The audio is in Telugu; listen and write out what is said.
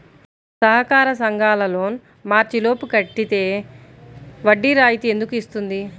సహకార సంఘాల లోన్ మార్చి లోపు కట్టితే వడ్డీ రాయితీ ఎందుకు ఇస్తుంది?